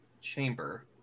chamber